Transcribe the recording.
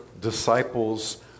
disciples